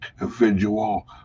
individual